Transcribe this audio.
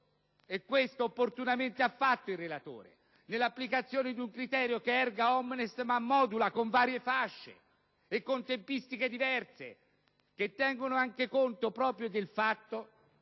Questo opportunamente ha fatto il relatore, nell'applicazione di un criterio che è *erga omnes*, ma modulato con varie fasce e con tempistiche diverse, tenendo anche conto del fatto